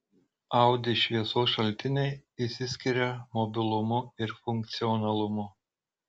audi šviesos šaltiniai išsiskiria mobilumu ir funkcionalumu